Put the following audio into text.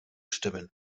stimmen